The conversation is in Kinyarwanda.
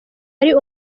ari